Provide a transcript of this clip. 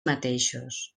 mateixos